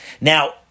Now